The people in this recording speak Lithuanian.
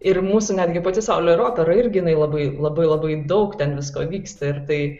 ir mūsų netgi pati saulė ir opera irgi labai labai labai daug ten visko vyksta ir tai